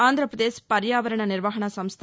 ఆంధ్రాపదేశ్ పర్యావరణ నిర్వహణ సంస్ట